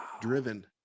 driven